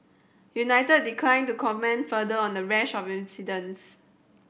united declined to comment further on the rash of incidents